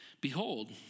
behold